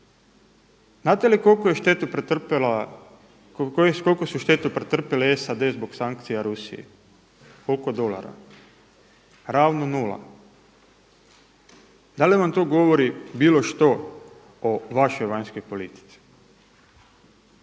pretrpjela, koliku štetu su pretrpjele SAD zbog sankcija Rusije? Koliko dolara? Ravno 0. Da li vam to govori bilo što o vašoj vanjskoj politici?